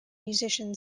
musician